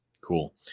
Cool